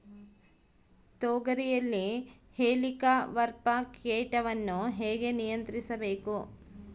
ತೋಗರಿಯಲ್ಲಿ ಹೇಲಿಕವರ್ಪ ಕೇಟವನ್ನು ಹೇಗೆ ನಿಯಂತ್ರಿಸಬೇಕು?